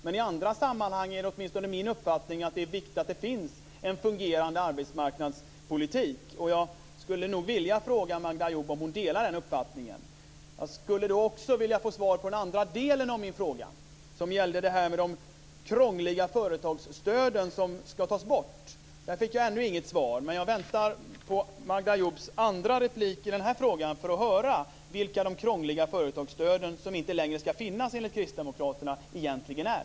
Men för andra är det, åtminstone enligt min uppfattning, viktigt att det finns en fungerande arbetsmarknadspolitik. Jag skulle nog vilja fråga Magda Ayoub om hon delar den uppfattningen. Jag skulle också vilja få svar på den andra delen av min fråga som gäller detta med de krångliga företagsstöden som ska tas bort. Där fick jag inget svar, men jag väntar på Magda Ayoubs andra replik i den här frågan för att höra vilka de krångliga företagsstöd som inte längre ska finnas enligt kristdemokraterna egentligen är.